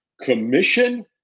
commission